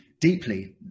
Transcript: deeply